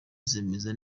zimeze